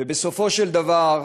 ובסופו של דבר,